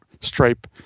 stripe